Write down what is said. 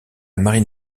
marine